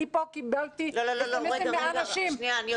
אני פה קיבלתי אס.אמ.אסים מאנשים,